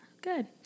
Good